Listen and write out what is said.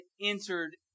entered